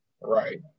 Right